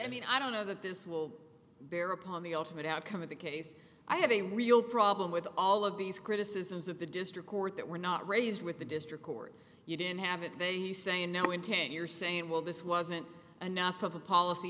i mean i don't know that this will bear upon the ultimate outcome of the case i have a real problem with all of these criticisms of the district court that were not raised with the district court you didn't have it they you saying no intent you're saying well this wasn't enough of a policy